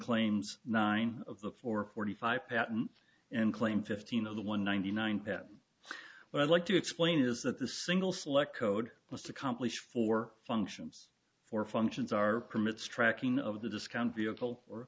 claims nine of the four forty five patent and claim fifteen of the one ninety nine but i'd like to explain is that the single select code must accomplish for functions for functions are permits tracking of the discount vehicle or